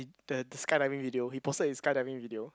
it the the skydiving video he posted his skydiving video